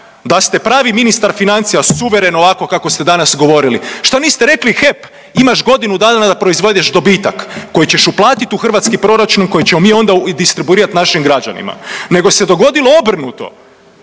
da ste pravi ministar financija suveren ovako kako ste danas govorili šta niste rekli HEP imaš godinu dana da proizvedeš dobitak koji ćeš uplatit u hrvatski proračun koji ćemo mi onda distribuirat našim građanina, nego se dogodilo obrnuto.